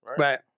Right